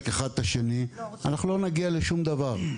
אחד את השני אנחנו לא נגיע לשום דבר.